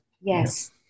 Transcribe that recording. Yes